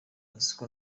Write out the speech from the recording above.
uziko